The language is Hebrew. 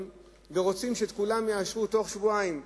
ורוצים שאת כולם יאשרו בתוך שבועיים,